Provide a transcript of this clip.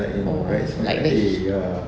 oh oh like the